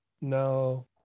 No